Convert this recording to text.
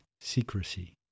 Secrecy